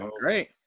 great